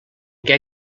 què